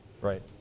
right